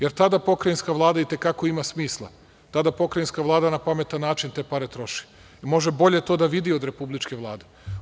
Jer, tada i Pokrajinska vlada i te kako ima smisla, tada Pokrajinska vlada na pametan način te pare troši, i može bolje to da vidi od Republičke vlade.